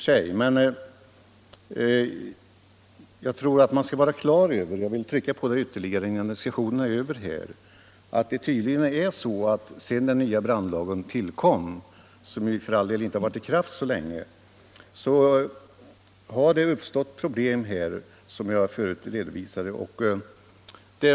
Jag tror emellertid att man skall vara klar över — jag vill trycka på det ytterligare innan diskussionen är över — att det sedan den nya brandlagen tillkom, även om den för all del inte har varit i kraft så länge, tydligen har uppstått svårigheter av det slag som jag förut redovisade.